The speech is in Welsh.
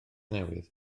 newydd